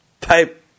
pipe